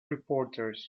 reporters